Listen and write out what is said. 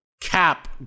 Cap